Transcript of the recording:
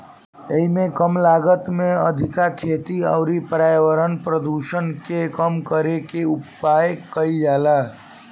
एइमे कम लागत में अधिका खेती अउरी पर्यावरण प्रदुषण के कम करे के उपाय कईल जाला